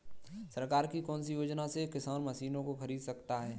सरकार की कौन सी योजना से किसान मशीनों को खरीद सकता है?